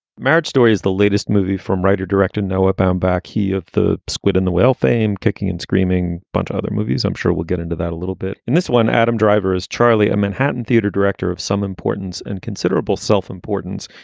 marriage story is the latest movie from writer director noah baumbach. he of the squid and the whale fame kicking and screaming. but other movies, i'm sure we'll get into that a little bit in this one. adam driver is charlie, a manhattan theater director of some importance and considerable self-importance.